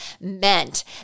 meant